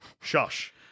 Shush